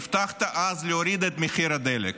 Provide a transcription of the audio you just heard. הבטחת אז להוריד את מחיר הדלק.